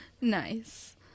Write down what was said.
Nice